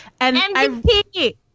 MVP